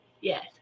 yes